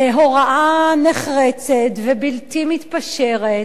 בהוראה נחרצת ובלתי מתפשרת,